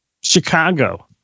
Chicago